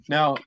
Now